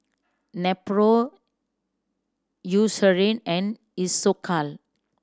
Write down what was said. Nepro Eucerin and Isocal